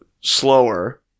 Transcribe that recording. slower